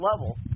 level